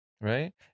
right